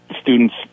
students